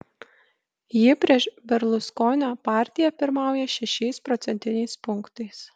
ji prieš berluskonio partiją pirmauja šešiais procentiniais punktais